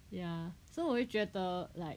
ya so 我会觉得 like